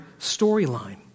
storyline